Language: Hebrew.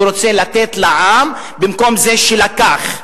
שהוא רוצה לתת לעם במקום זה שלקח.